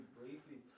briefly